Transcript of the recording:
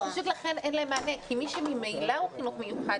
ופשוט לכן אין להם מענה כי מי שממילא הוא חינוך מיוחד,